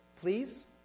please